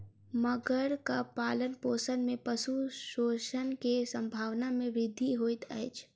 मगरक पालनपोषण में पशु शोषण के संभावना में वृद्धि होइत अछि